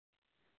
कितने में